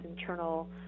internal